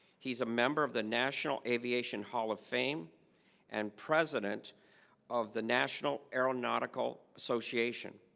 he's a member of the national aviation hall of fame and president of the national aeronautical association.